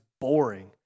boring